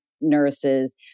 nurses